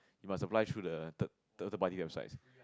you must apply through the third third party websites